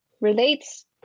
relates